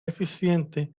eficiente